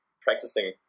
practicing